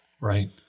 Right